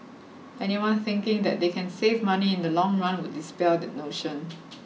anyone thinking that they can save money in the long run would dispel that notion